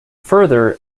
further